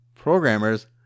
Programmers